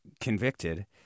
convicted